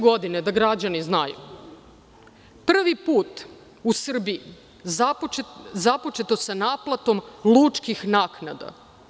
Godine 2015, da građani znaju, prvi put u Srbiji započeto je sa naplatom lučkih naknada.